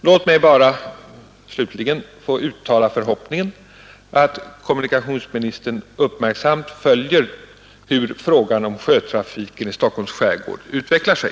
Låt mig bara slutligen uttala förhoppningen att kommunikationsministern uppmärksamt följer hur frågan om sjötrafiken i Stockholms skärgård utvecklar sig.